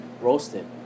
roasted